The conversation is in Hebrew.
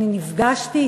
אני נפגשתי אתו,